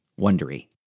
Wondery